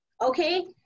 okay